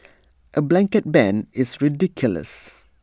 A blanket ban is ridiculous